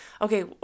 okay